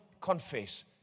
confess